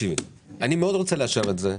אני מאוד רוצה לאשר את זה,